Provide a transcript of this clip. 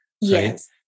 Yes